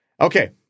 Okay